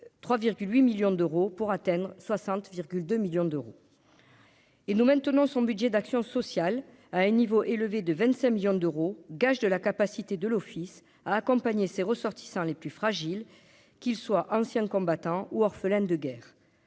3 8 millions d'euros pour atteindre 60,2 millions d'euros. Ouais. Et nous maintenons son budget d'action sociale à un niveau élevé de 25 millions d'euros, gage de la capacité de l'Office a accompagné ses ressortissants les plus fragiles, qu'ils soient anciens combattants ou orphelins de guerre,